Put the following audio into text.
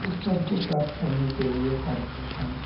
इस पद को प्राप्त करने के लिए सर्वप्रथम